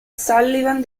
sullivan